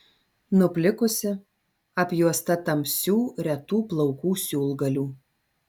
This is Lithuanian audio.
nuplikusi apjuosta tamsių retų plaukų siūlgalių